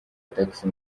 tagisi